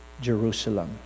Jerusalem